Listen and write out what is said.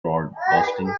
broadcasting